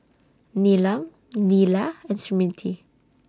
Neelam Neila and Smriti